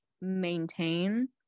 maintain